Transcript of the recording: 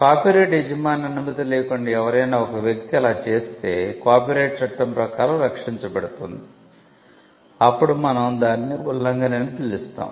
copyright యజమాని అనుమతి లేకుండా ఎవరైనా ఒక వ్యక్తి అలా చేస్తే కాపీరైట్ చట్టం ప్రకారం రక్షించబడుతుంది అప్పుడు మేము దానిని ఉల్లంఘన అని పిలుస్తాము